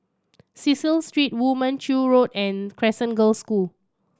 Cecil Street Woo Mon Chew Road and Crescent Girls' School